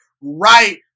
right